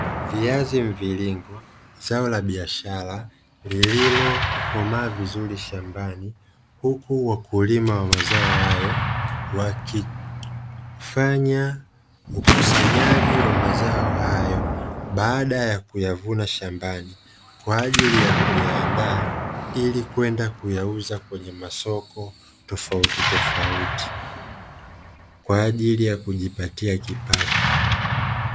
Viazi mviringo zao la biashara lililokomaa vizuri shambani, huku wakulima wa mazao hayo wakifanya ukusanyaji wa mazao hayo; baada ya kuyavuna shambani kwa ajili ya kuyaandaa ili kwenda kuyauza kwenye masoko tofautitofauti kwa ajili yakujipatia kipato.